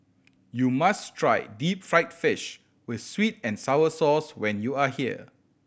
you must try deep fried fish with sweet and sour sauce when you are here